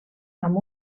amb